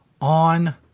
on